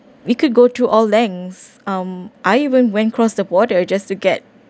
we could go through all lenghts um I even went cross the border just to get